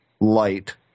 light